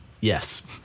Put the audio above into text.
Yes